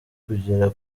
kugera